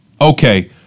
okay